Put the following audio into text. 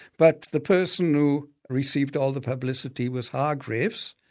but the person who received all the publicity was hargreaves.